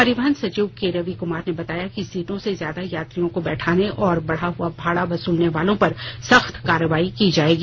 परिवहन सचिव के रविक्मार ने बताया कि सीटों से ज्यादा यात्रियों को बैठाने और बढ़ा हुआ भाड़ा वसूलने वालों पर सख्त कार्रवाई की जाएगी